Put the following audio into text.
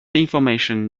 information